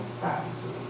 practices